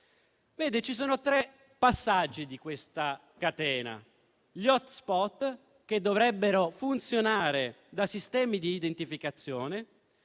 ci sono tre passaggi di questa catena: gli *hotspot*, che dovrebbero funzionare da sistemi d'identificazione;